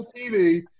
TV